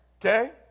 Okay